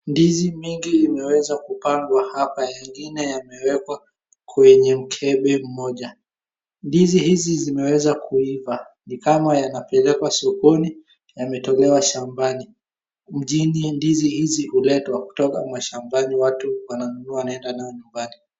Ndizi mingi imeweza kupangwa hapa, mengine yamewekwa kwenye mkebe mmoja. Ndizi hizi zimeweza kuiva. Ni kama yanapelekwa sokoni, yametolewa shambani. Mjini ndizi hizi huletwa kutoka mashambani watu wananunua wanaenda nayo nyumbani.